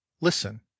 listen